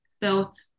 felt